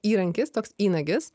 įrankis toks įnagis